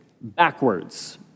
backwards